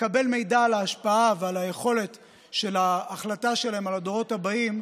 לקבל מידע על יכול ההשפעה של ההחלטה שלהם על הדורות הבאים,